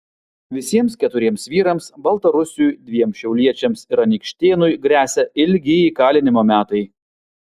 visiems keturiems vyrams baltarusiui dviem šiauliečiams ir anykštėnui gresia ilgi įkalinimo metai